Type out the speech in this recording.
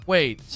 Wait